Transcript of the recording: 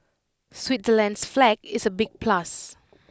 Switzerland's flag is A big plus